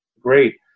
Great